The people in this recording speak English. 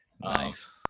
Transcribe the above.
Nice